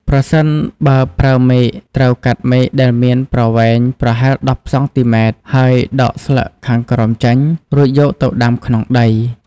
ប្រសិនបើប្រើមែក ត្រូវកាត់មែកដែលមានប្រវែងប្រហែល ១០ សង់ទីម៉ែត្រ ហើយដកស្លឹកខាងក្រោមចេញ រួចយកទៅដាំក្នុងដី។